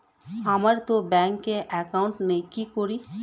আমারতো ব্যাংকে একাউন্ট নেই কি করি?